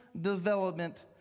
development